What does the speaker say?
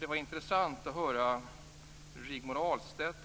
Det var intressant att höra Rigmor Ahlstedt